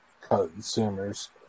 consumers